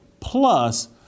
Plus